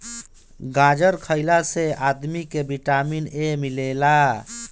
गाजर खइला से आदमी के विटामिन ए मिलेला